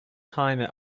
time